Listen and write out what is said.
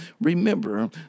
Remember